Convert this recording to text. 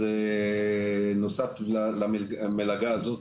אז נוסף למגלה הזאת,